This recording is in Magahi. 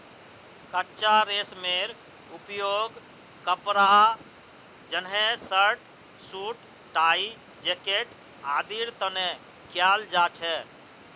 कच्चा रेशमेर उपयोग कपड़ा जंनहे शर्ट, सूट, टाई, जैकेट आदिर तने कियाल जा छे